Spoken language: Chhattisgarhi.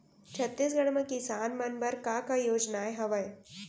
छत्तीसगढ़ म किसान मन बर का का योजनाएं हवय?